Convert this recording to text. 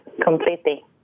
completely